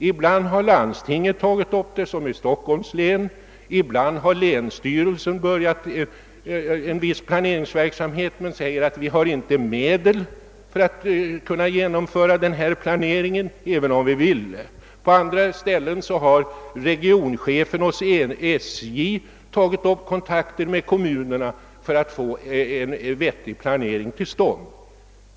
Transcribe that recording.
Ibland har landstinget tagit upp frågan såsom i Stockholms län, ibland har länsstyrelsen börjat en viss planeringsverksamhet men säger att den inte har medel för ait kunna genomföra planeringen även om den vill. På andra ställen har regionchefen hos SJ tagit upp kontakter med myndigheterna för att få till stånd en vettig planering.